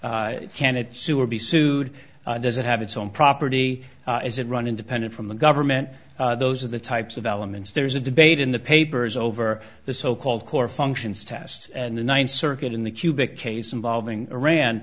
it sue or be sued does it have its own property is it run independent from the government those are the types of elements there's a debate in the papers over the so called core functions test and the ninth circuit in the cubic case involving iran